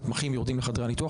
גם המתמחים יורדים לחדרי הניתוח,